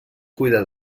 cuida